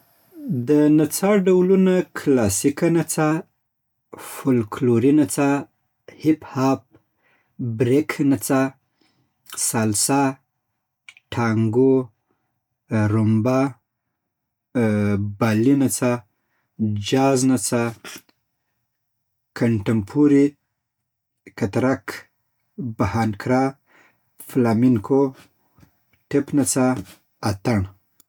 د نڅا ډولونه کلاسیک نڅا فلوکلوري نڅا هیپ هاپ بریک نڅا سالسا ټانګو رومبا بالي نڅا جاز نڅا کنټمپورري کترک بهانګرا فلامېنکو ټپ نڅا اتڼ